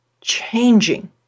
changing